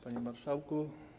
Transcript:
Panie Marszałku!